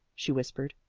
she whispered.